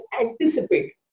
anticipate